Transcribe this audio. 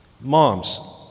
Moms